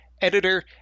editor